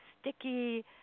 sticky